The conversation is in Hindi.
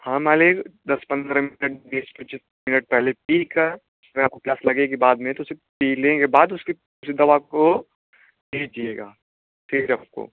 हाँ मालिक दस पंद्रह मिनट बीस मिनट पहले पीकर फिर आपको प्यास लगेगी बाद में तो फिर पी लेंगे तब दवा को लीजिएगा